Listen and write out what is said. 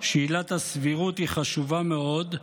שעילת הסבירות היא חשובה מאוד,